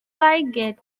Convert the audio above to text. blighted